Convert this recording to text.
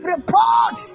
Report